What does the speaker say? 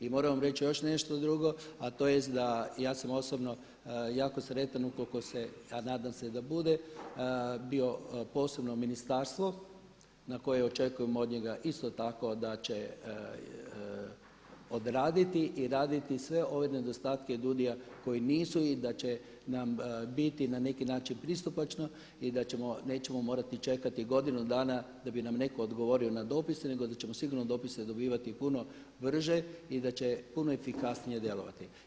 I moram vam reći još nešto drugo, a to je da ja sam osobno jako sretan ukoliko se, a nadam se da bude bilo posebno ministarstvo od kojeg očekujem isto tako da će odraditi i raditi sve ove nedostatke DUUDI-ja koji nisu i da će nam biti na neki način pristupačno i da ćemo, nećemo morati čekati godinu dana da bi nam netko odgovorio na dopise nego da ćemo sigurno dopise dobivati puno brže i da će puno efikasnije djelovati.